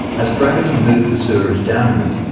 as gravity moved the sewerage downwards,